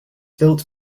built